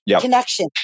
connection